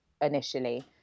initially